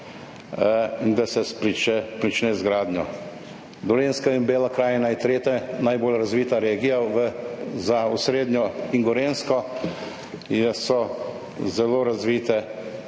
in da se prične z gradnjo. Dolenjska in Bela krajina je tretja najbolj razvita regija, za osrednjo in gorenjsko. So zelo razvite